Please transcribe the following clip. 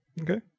Okay